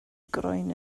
groen